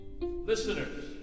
listeners